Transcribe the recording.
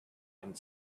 and